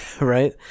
right